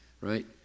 right